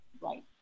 right